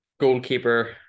Goalkeeper